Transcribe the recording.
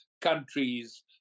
countries